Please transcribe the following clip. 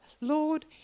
Lord